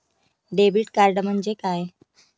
Debit card म्हणजे काय?